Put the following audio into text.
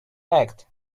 act